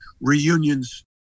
reunions